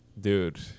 dude